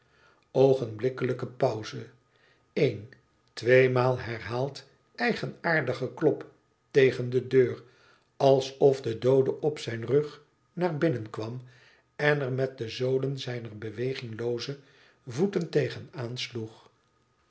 oogenblikkelijke pauze een tweemaal herhaald eigenaardig geklop tegen de deur alsof de doode op zijn rug naar binnen kwam en er met de zolen zijner beweginglooze voeten tegen aansloeg